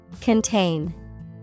Contain